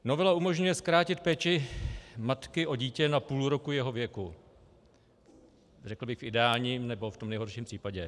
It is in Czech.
Novela umožňuje zkrátit péči matky o dítě na půl roku jeho věku, řekl bych v ideálním, nebo tom nejhorším případě.